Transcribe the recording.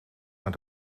naar